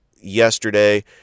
yesterday